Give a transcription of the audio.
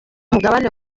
mugabane